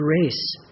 grace